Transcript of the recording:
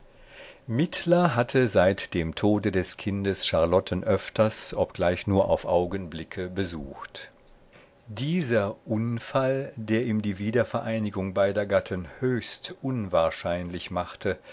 mittler hatte seit dem tode des kindes charlotten öfters obgleich nur auf augenblicke besucht dieser unfall der ihm die wiedervereinigung beider gatten höchst unwahrscheinlich machte